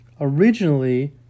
originally